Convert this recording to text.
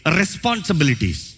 responsibilities